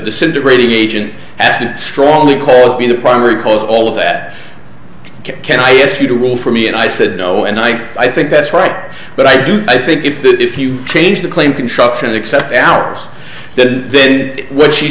disintegrating agent as it strongly calls being the primary cause of all of that can i ask you to rule for me and i said no and i i think that's right but i do i think if that if you change the claim construction except ours did then what she